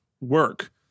work